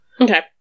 Okay